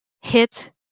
hit